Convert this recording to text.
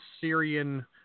Syrian